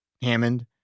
Hammond